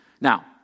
Now